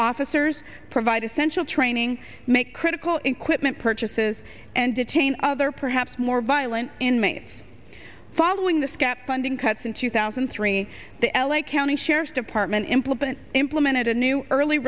officers provide essential training make critical equipment purchases and detain other perhaps more violent inmates following the skep bonding cuts in two thousand and three the l a county sheriff's department implement implemented a new early